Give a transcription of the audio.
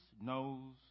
knows